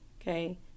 Okay